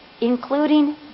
including